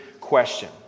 question